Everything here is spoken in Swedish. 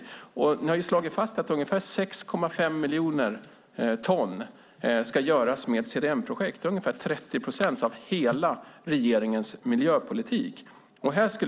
Ni har slagit fast att ungefär 6,5 miljoner ton ska göras med CDM-projekt. Det är ungefär 30 procent av hela regeringens miljöpolitik.